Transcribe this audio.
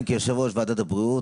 אני מתכונן כיושב-ראש ועדת הבריאות,